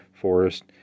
Forest